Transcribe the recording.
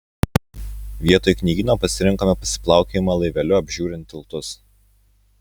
vietoj knygyno pasirinkome pasiplaukiojimą laiveliu apžiūrint tiltus